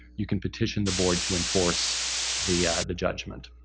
you can petitions the board to enforce the the judgment.